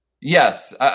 yes